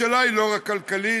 השאלה היא לא רק כלכלית,